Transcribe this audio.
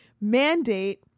Mandate